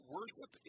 Worship